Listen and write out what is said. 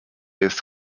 jest